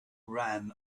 ran